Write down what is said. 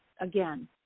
again